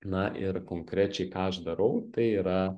na ir konkrečiai ką aš darau tai yra